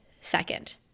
second